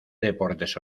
deportes